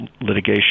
litigation